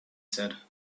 said